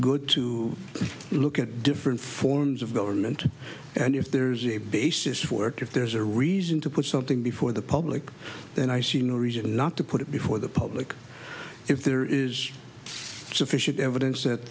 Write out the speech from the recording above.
good to look at different forms of government and if there's a basis for if there's a reason to put something before the public then i see no reason not to put it before the public if there is sufficient evidence that